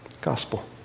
gospel